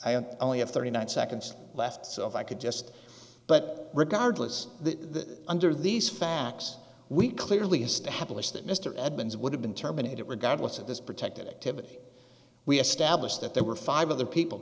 i only have thirty nine seconds left so if i could just but regardless the under these facts we clearly established that mr edmunds would have been terminated regardless of this protected activity we established that there were five other people